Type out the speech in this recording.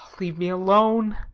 leave me alone!